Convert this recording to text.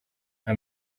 nka